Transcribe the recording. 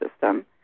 system